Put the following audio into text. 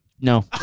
No